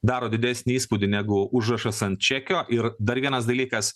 daro didesnį įspūdį negu užrašas ant čekio ir dar vienas dalykas